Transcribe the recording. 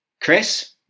Chris